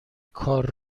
کار